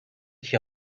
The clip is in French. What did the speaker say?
qui